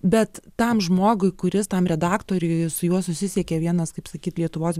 bet tam žmogui kuris tam redaktoriui su juo susisiekė vienas kaip sakyt lietuvos